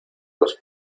los